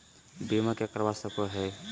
बीमा के करवा सको है?